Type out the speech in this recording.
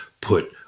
put